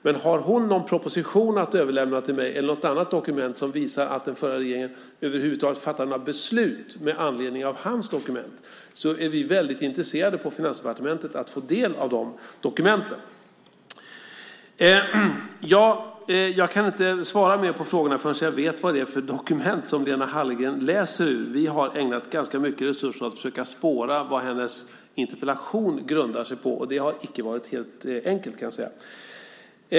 Men har hon någon proposition att överlämna till mig eller något annat dokument som visar att den förra regeringen över huvud taget fattade några beslut med anledning av hans dokument är vi väldigt intresserade på Finansdepartementet av att få ta del av dem. Jag kan inte svara mer på frågorna förrän jag vet vad det är för dokument som Lena Hallengren läser ur. Vi har ägnat ganska mycket resurser åt att försöka spåra vad hennes interpellation grundar sig på. Det har icke varit helt enkelt, kan jag säga.